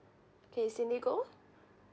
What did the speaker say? okay cindy goh